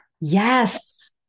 Yes